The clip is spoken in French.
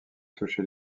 touché